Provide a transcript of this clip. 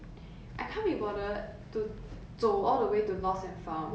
but at the same time I feel bad just using it so I'll leave it there